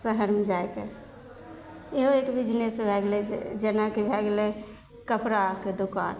शहरमे जाइके इहो एक बिजनेस भै गेलै जे जेनाकि भै गेलै कपड़ाके दोकान